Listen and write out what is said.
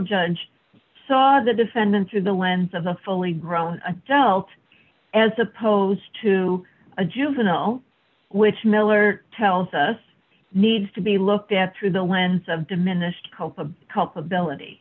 judge saw the defendant through the lens of a fully grown adult as opposed to a juvenile which miller tells us needs to be looked at through the lens of diminished hope of culpability